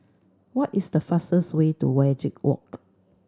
what is the fastest way to Wajek Walk